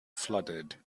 flooded